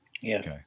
yes